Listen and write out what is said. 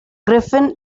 griffin